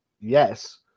yes